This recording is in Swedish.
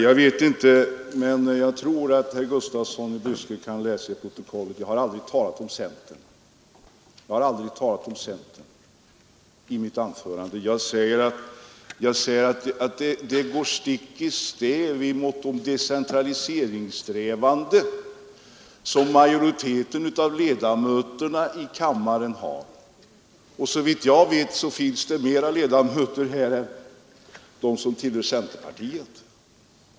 Fru talman! Jag tror att herr Gustafsson i Byske kan läsa i protokollet att jag inte talade om centern i mitt anförande. Jag sade att reservationen går stick i stäv mot de decentraliseringssträvanden som majoriteten av ledamöterna i kammaren har. Såvitt jag vet finns det fler ledamöter här än de som tillhör centern.